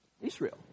Israel